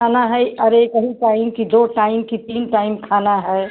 खाना है अरे एक ही टाइम कि दो टाइम कि तीन टाइम खाना है